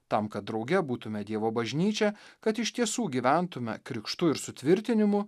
tam kad drauge būtume dievo bažnyčia kad iš tiesų gyventume krikštu ir sutvirtinimu